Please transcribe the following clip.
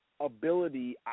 ability